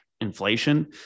inflation